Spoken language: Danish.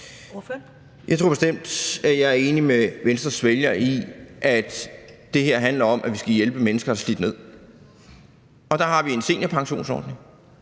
Jeg tror bestemt, at jeg er enig med Venstres vælgere i, at det her handler om, at vi skal hjælpe mennesker, der er slidt ned. Der har vi en seniorpensionsordning,